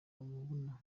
bamubona